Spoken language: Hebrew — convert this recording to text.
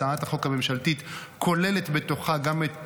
הצעת החוק הממשלתית כוללת בתוכה גם את